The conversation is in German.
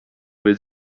will